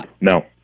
No